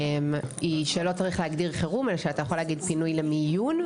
היא שלא צריך להגדיר חירום אלא שאתה יכול להגיד פינוי למיון,